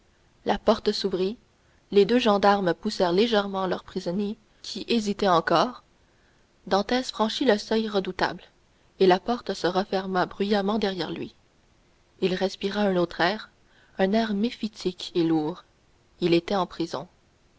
la porte s'ouvrit les deux gendarmes poussèrent légèrement leur prisonnier qui hésitait encore dantès franchit le seuil redoutable et la porte se referma bruyamment derrière lui il respirait un autre air un air méphitique et lourd il était en prison